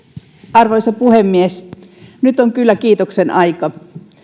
arvoisa puhemies nyt on kyllä kiitoksen aika